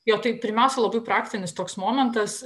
jo tai pirmiausia labai praktinis toks momentas